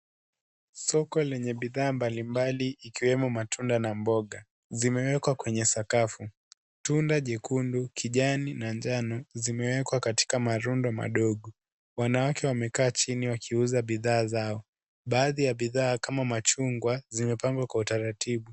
Soko lenye bidhaa mbali mbali ikiwemo matunda na mboga, zimewekwa kwenye sakafu. Tunda jekundu, kijani na njano zimewekwa katika marundo mandogo. Wanawake wamekaa chini wakiuza bidhaa zao. Baadhi ya bidhaa kama machungwa, zimepangwa kwa utaratibu.